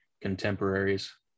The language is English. contemporaries